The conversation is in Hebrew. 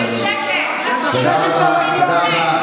תודה רבה.